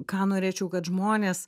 ką norėčiau kad žmonės